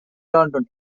london